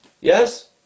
yes